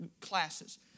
Classes